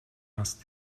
asked